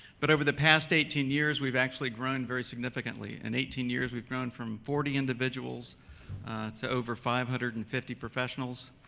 but over the past eighteen years we've actually grown very significantly. in eighteen years we've grown from forty individuals to over five hundred and fifty professionals,